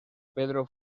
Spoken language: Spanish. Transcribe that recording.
pedro